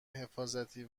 حفاظتی